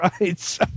right